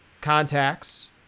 contacts